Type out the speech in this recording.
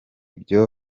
byo